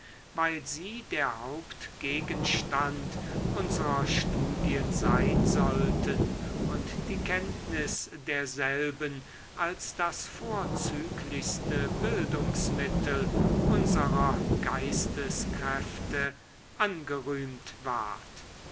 weil sie der hauptgegenstand unserer studien sein sollten und die kenntnis derselben als das vorzüglichste bildungsmittel unserer geisteskräfte angerühmt ward